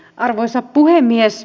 arvoisa puhemies